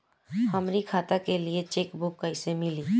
हमरी खाता के लिए चेकबुक कईसे मिली?